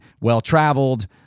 well-traveled